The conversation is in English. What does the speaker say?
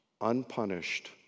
unpunished